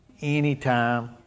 Anytime